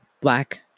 Black